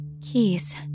Keys